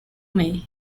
may